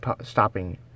stopping